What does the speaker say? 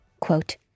Quote